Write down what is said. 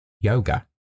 Yoga